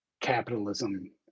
capitalism